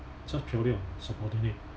just purely on subordinate